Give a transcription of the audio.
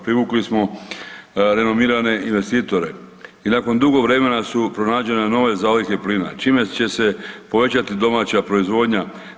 Privukli smo renomirane investitore i nakon dugo vremena su pronađene nove zalihe plina čime će se povećati domaća proizvodnja.